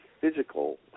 physical